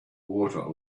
water